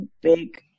big